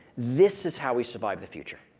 this is how we survive the future.